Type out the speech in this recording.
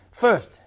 First